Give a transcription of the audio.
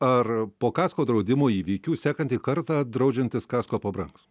ar po kasko draudimo įvykių sekantį kartą draudžiantis kasko pabrangs